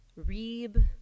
Reeb